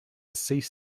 cease